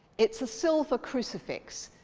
it's a silver crucifix,